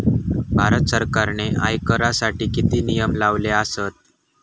भारत सरकारने आयकरासाठी किती नियम लावले आसत?